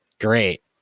Great